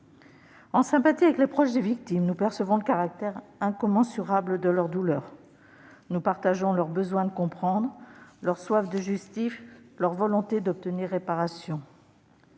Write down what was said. En sympathie avec les proches des victimes, nous percevons le caractère incommensurable de leur douleur ; nous partageons leur besoin de comprendre, leur soif de justice, leur volonté d'obtenir réparation.